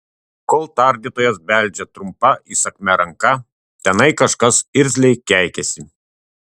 kol tardytojas beldžia trumpa įsakmia ranka tenai kažkas irzliai keikiasi